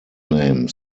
name